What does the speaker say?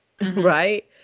right